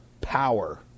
power